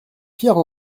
pierre